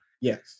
Yes